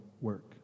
work